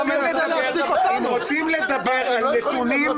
------ אם רוצים לדבר על נתונים ---,